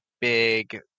big